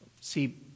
See